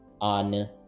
on